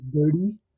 dirty